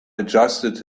adjusted